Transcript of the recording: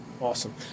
Awesome